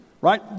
right